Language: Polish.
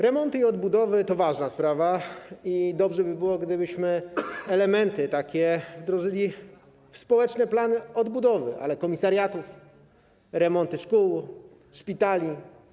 Remonty i odbudowy to ważna sprawa i dobrze by było, gdybyśmy takie elementy wdrożyli w społeczne plany odbudowy, ale komisariatów, remonty szkół, szpitali.